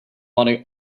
want